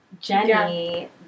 Jenny